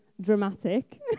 dramatic